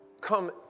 come